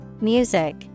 music